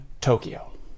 Tokyo